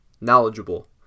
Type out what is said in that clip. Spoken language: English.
knowledgeable